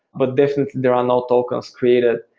but definitely there are no tokens created.